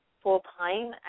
full-time